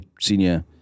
senior